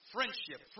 Friendship